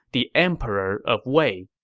the emperor of wei.